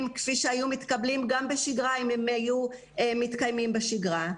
כפי שהיו מתקבלים לו היו מתקיימים בשגרה,